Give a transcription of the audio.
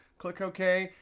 click ok.